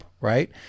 right